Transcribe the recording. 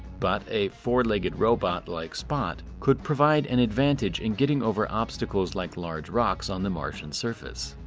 but a four legged robot like spot could provide an advantage in getting over obstacles like large rocks on the martian surface.